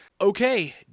okay